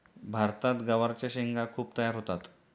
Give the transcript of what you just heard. भारतात गवारच्या शेंगा खूप तयार होतात